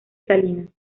salinas